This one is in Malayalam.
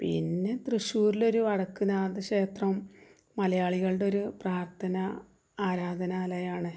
പിന്നെ തൃശ്ശൂരിലൊരു വടക്കുന്നാഥ ക്ഷേത്രം മലയാളികളുടെ ഒരു പ്രാർത്ഥന ആരാധനാലയമാണ്